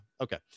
Okay